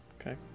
Okay